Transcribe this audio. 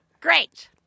great